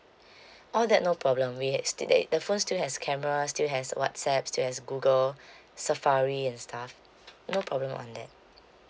all that no problem we as to date the phone still has camera still has whatsapp still has google safari and stuff no problem on that